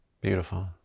beautiful